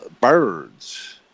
birds